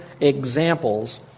examples